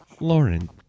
Lauren